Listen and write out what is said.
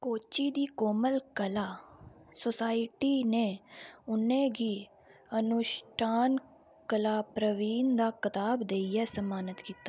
कोच्ची दी कोमल कला सोसायटी ने उ'नेंगी अनुश्ठान कलाप्रवीण दा खताब देइयै सम्मानत कीता